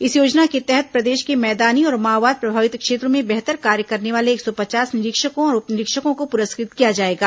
इस योजना के तहत प्रदेश के मैदानी और माओवाद प्रभावित क्षेत्रों में बेहतर कार्य करने वाले एक सौ पचास निरीक्षकों और उप निरीक्षकों को पुरस्कृत किया जाएगा